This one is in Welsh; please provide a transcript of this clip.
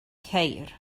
ceir